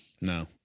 No